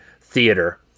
theater